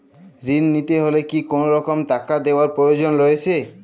ঋণ নিতে হলে কি কোনরকম টাকা দেওয়ার প্রয়োজন রয়েছে?